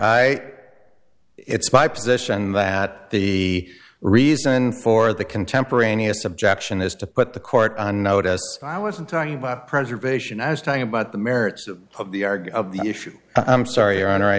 i it's my position that the reason for the contemporaneous objection is to put the court on notice i wasn't talking about preservation i was talking about the merits of the argue the issue i'm sorry your honor i